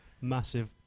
massive